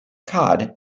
cod